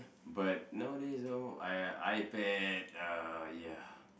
but nowadays ah !aiya! iPad ah ya